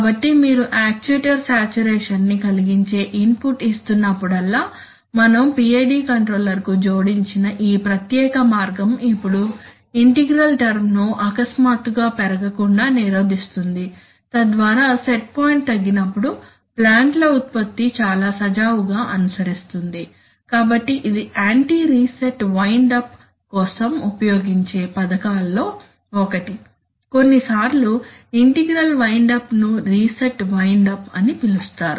కాబట్టి మీరు actuator saturation ని కలిగించే ఇన్పుట్ ఇస్తున్నప్పుడల్లా మనం PID కంట్రోలర్కు జోడించిన ఈ ప్రత్యేక మార్గం ఇప్పుడు ఇంటిగ్రల్ టర్మ్ ను అకస్మాత్తుగా పెరగకుండా నిరోధిస్తుంది తద్వారా సెట్ పాయింట్ తగ్గినప్పుడు ప్లాంట్ ల ఉత్పత్తి చాలా సజావుగా అనుసరిస్తుంది కాబట్టి ఇది యాంటీ రీసెట్ వైన్డ్ అప్ కోసం ఉపయోగించే పథకాల్లో ఒకటి కొన్నిసార్లు ఇంటిగ్రల్ వైన్డ్ అప్ ను రీసెట్ వైన్డ్ అప్ అని పిలుస్తారు